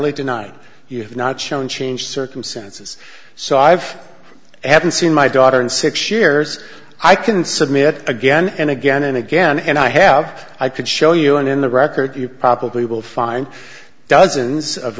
have not shown change circumstances so i've haven't seen my daughter in six years i can submit again and again and again and i have i could show you and in the records you probably will find dozens of